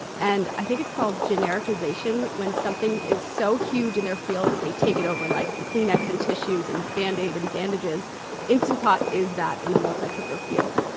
and i think it's called genericization when something is so huge in their field that they take it over like kleenex and tissues, or and band-aid and bandages instant pot is that in the multicooker field.